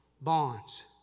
Bonds